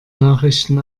nachrichten